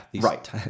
Right